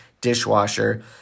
dishwasher